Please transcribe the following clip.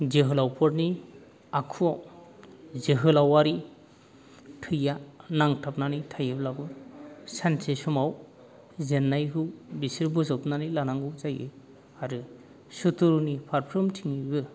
जोहोलावफोरनि आखुआव जोहोलावारि थैया नांथाबनानै थायोब्लाबो सानसे समाव जेननायखौ बिसोर बोजबनानै लानांगौ जायो आरो सुथुरनि फारफ्रोमथिंबो